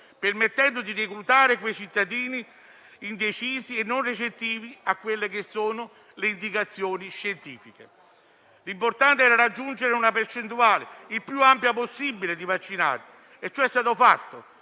permettendo di reclutare i cittadini indecisi e non recettivi alle indicazioni scientifiche. L'importante era raggiungere la percentuale più ampia possibile di vaccinati e ciò è stato fatto.